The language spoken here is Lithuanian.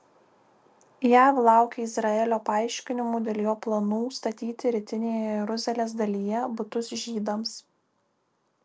jav laukia izraelio paaiškinimų dėl jo planų statyti rytinėje jeruzalės dalyje butus žydams